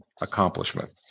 Accomplishment